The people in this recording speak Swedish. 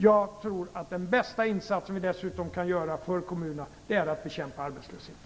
Jag tror att den bästa insats som vi kan göra för kommunerna dessutom är att bekämpa arbetslösheten.